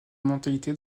mentalité